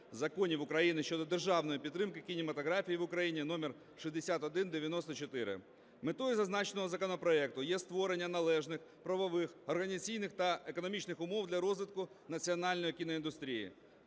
законів України щодо державної підтримки кінематографії в Україні (№ 6194). Метою зазначеного законопроекту є створення належних правових, організаційних та економічних умов для розвитку національної кіноіндустрії.